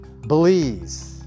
Belize